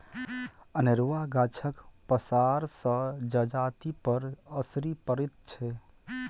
अनेरूआ गाछक पसारसँ जजातिपर असरि पड़ैत छै